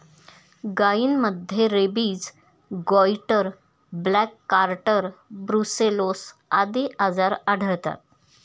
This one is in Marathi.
गायींमध्ये rabies, goitre, black quarter, brucellosis आदी आजार आढळतात